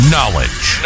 Knowledge